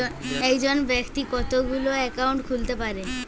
একজন ব্যাক্তি কতগুলো অ্যাকাউন্ট খুলতে পারে?